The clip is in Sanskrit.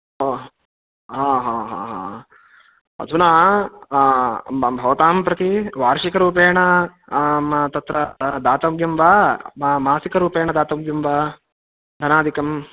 ओ हा हा हा हा अधुना भवतां प्रति वार्षिकरूपेण तत्र द दातव्यं वा मा मासिकरूपेण दातव्यं वा धनादिकम्